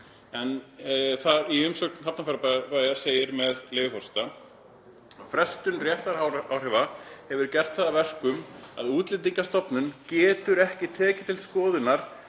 máli. Í umsögn Hafnarfjarðarbæjar segir, með leyfi forseta: „Frestun réttaráhrifa hefur gert það að verkum að Útlendingastofnun getur ekki tekið til skoðunar